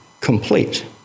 complete